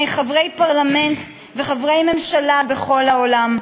חברי פרלמנט וחברי ממשלה בכל העולם.